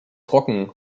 trocken